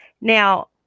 now